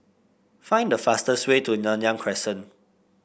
find the fastest way to Nanyang Crescent